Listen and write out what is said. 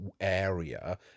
area